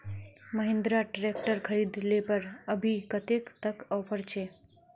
Mahindra tractor खरीद ले पर अभी कतेक तक ऑफर छे?